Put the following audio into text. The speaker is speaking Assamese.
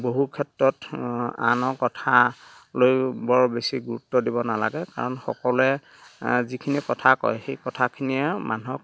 বহু ক্ষেত্ৰত আনৰ কথা লৈ বৰ বেছি গুৰুত্ব দিব নালাগে কাৰণ সকলোৱে যিখিনি কথা কয় সেই কথাখিনিয়ে মানুহক